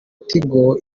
tigo